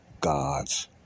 God's